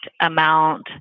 amount